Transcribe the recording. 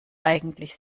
eigentlich